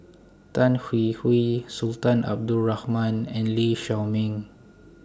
Tan Hwee Hwee Sultan Abdul Rahman and Lee Shao Meng